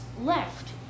Left